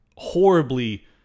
horribly